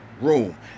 room